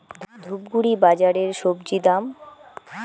ধূপগুড়ি বাজারের স্বজি দাম?